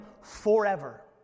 forever